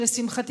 שלשמחתי,